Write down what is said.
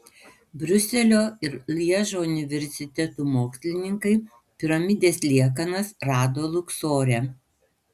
briuselio ir lježo universitetų mokslininkai piramidės liekanas rado luksore